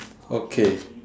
okay